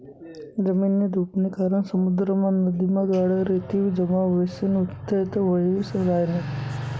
जमीननी धुपनी कारण समुद्रमा, नदीमा गाळ, रेती जमा व्हयीसन उथ्थय व्हयी रायन्यात